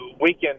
weekend